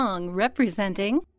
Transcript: representing